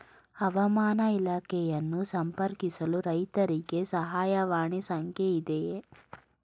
ಹವಾಮಾನ ಇಲಾಖೆಯನ್ನು ಸಂಪರ್ಕಿಸಲು ರೈತರಿಗೆ ಸಹಾಯವಾಣಿ ಸಂಖ್ಯೆ ಇದೆಯೇ?